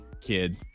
kid